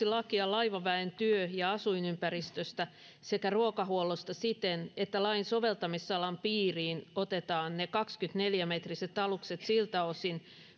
lakia laivaväen työ ja asuinympäristöstä sekä ruokahuollosta siten että lain soveltamisalan piiriin otetaan alle kaksikymmentäneljä metriset alukset siltä osin